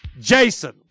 Jason